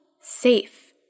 safe